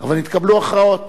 אבל התקבלו הכרעות.